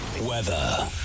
Weather